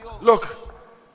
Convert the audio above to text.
Look